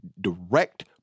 direct